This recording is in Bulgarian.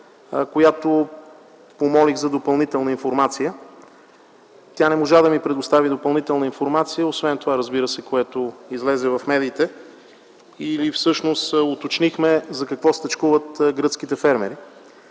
която помолих за допълнителна информация. Тя не можа да ми я предостави, освен това, разбира се, което излезе в медиите, и всъщност уточнихме за какво стачкуват гръцките фермери.